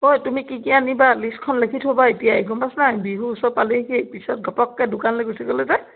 ঐ তুমি কি কি আনিবা লিষ্টখন লি থ'বা এতিয়াই গম পাইছা নাই বিহু ওচৰ পালেহিয়ে পিছত ঘপপকৈ দোকানলৈ গুচি গ'লে যে